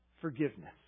Forgiveness